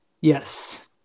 yes